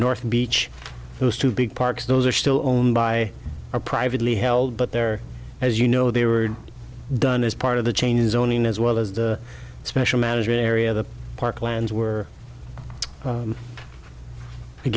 north beach those two big parks those are still owned by a privately held but there as you know they were done as part of the chain is owning as well as the special management area the park plans were